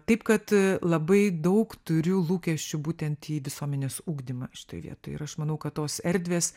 taip kad labai daug turiu lūkesčių būtent į visuomenės ugdymą šitoj vietoj ir aš manau kad tos erdvės